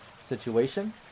situation